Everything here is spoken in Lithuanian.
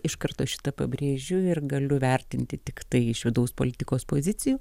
iš karto šitą pabrėžiu ir galiu vertinti tiktai iš vidaus politikos pozicijų